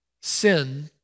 Sin